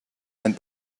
and